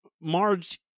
Marge